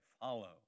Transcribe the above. follow